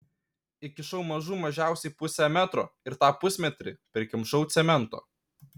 įkišau mažų mažiausiai pusę metro ir tą pusmetrį prikimšau cemento